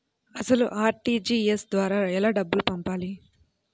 అసలు అర్.టీ.జీ.ఎస్ ద్వారా ఎలా డబ్బులు పంపాలి?